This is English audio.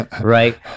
right